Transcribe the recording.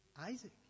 Isaac